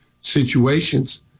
situations